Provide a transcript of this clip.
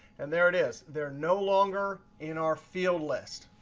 and there it is. they're no longer in our field list.